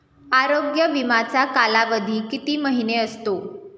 आरोग्य विमाचा कालावधी किती महिने असतो?